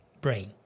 brain